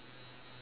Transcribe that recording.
like